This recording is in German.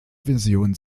version